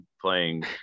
playing